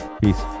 Peace